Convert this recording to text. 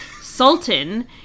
Sultan